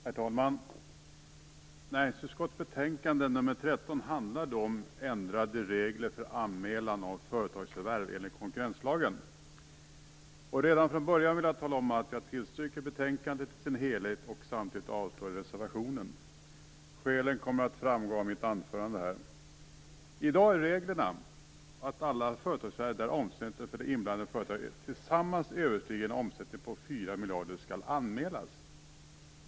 Herr talman! Näringsutskottets betänkande nr 13 handlar om ändrade regler för anmälan av företagsförvärv enligt konkurrenslagen. Redan från början vill jag att det skall stå klart att jag yrkar bifall till hemställan i betänkandet i dess helhet. Samtidigt yrkar jag avslag på reservationen. Skälen kommer att framgå av mitt anförande. I dag är det så enligt reglerna att alla företagsförvärv, där omsättningen för de inblandade företagen tillsammans överstiger 4 miljarder, skall anmälas.